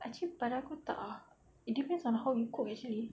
actually pada aku tak ah it depends on how you cook actually